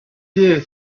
day